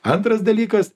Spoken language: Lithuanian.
antras dalykas